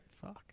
Fuck